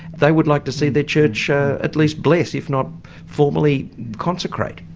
they would like to see their church at least bless if not formally consecrate?